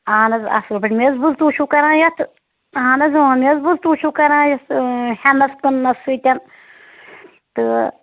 اہن حظ اَصٕل پٲٹھۍ مےٚ حظ بوٗز تُہۍ چھُو کَران یَتھ اہن حظ اۭں مےٚ حظ بوٗز تُہۍ چھُو کَران یُس ہٮ۪نَس کٕننَس سۭتۍ تہٕ